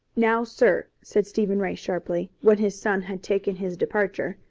now, sir, said stephen ray sharply, when his son had taken his departure.